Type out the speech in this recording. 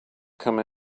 come